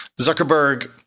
Zuckerberg